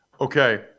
Okay